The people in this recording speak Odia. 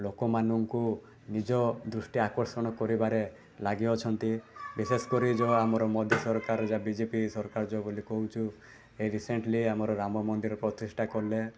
ଲୋକମାନଙ୍କୁ ନିଜ ଦୃଷ୍ଟି ଆକର୍ଷଣ କରିବାରେ ଲାଗି ଅଛନ୍ତି ବିଶେଷ କରି ଆମର ଯେଉଁ ମଧୁ ସରକାର ବି ଜେ ପି ସରକାର ବୋଲି କହୁଛୁ ଏଇ ରିସେଣ୍ଟଲି ଆମର ରାମ ମନ୍ଦିର ପ୍ରତିଷ୍ଠା କଲେ